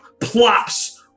plops